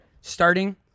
starting